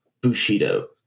Bushido